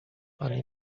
pani